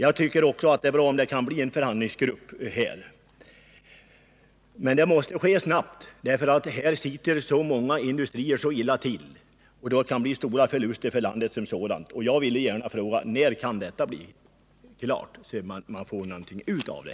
Jag tycker också att det är bra om det kan komma till stånd en förhandlingsgrupp för skogsnäringen. Men det måste ske snabbt, för det är så många industrier som sitter så illa till att det kan bli stora förluster för landet som sådant. Jag vill gärna fråga: När kan detta bli klart, så att man får ut någonting av det?